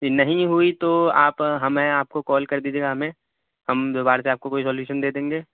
نہیں ہوئی تو آپ ہمیں آپ کو کال کر دیجیے گا ہمیں ہم دوبارہ سے آپ کو کوئی سولیوشن دے دیں گے